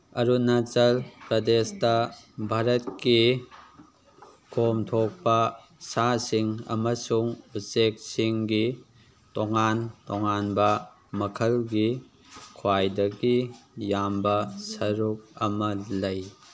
ꯑꯔꯨꯅꯥꯆꯜ ꯄ꯭ꯔꯗꯦꯁꯇ ꯚꯥꯔꯠꯀꯤ ꯈꯣꯝ ꯊꯣꯛꯄ ꯁꯥꯁꯤꯡ ꯑꯃꯁꯨꯡ ꯎꯆꯦꯛꯁꯤꯡꯒꯤ ꯇꯣꯉꯥꯟ ꯇꯣꯉꯥꯟꯕ ꯃꯈꯜꯒꯤ ꯈ꯭ꯋꯥꯏꯗꯒꯤ ꯌꯥꯝꯕ ꯁꯔꯨꯛ ꯑꯃ ꯂꯩ